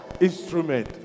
instrument